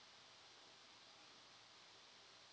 en